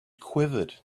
quivered